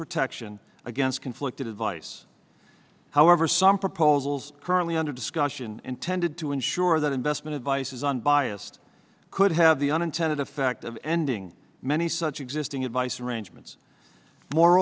protection against conflicted advice however some proposals currently under discussion intended to ensure that investment advice is unbiased could have the unintended effect of ending many such existing advice arrangements more